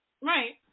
right